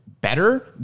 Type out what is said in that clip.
better